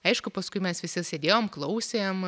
aišku paskui mes visi sėdėjom klausėm